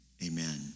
Amen